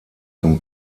zum